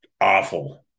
awful